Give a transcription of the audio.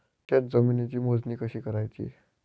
शेत जमिनीची मोजणी कशी करायची?